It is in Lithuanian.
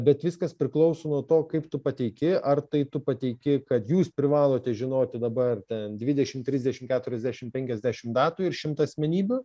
bet viskas priklauso nuo to kaip tu pateiki ar tai tu pateiki kad jūs privalote žinoti dabar ten dvidešim trisdešim keturiasdešim penkiasdešim datų ir šimtą asmenybių